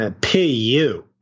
P-U